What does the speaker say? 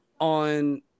on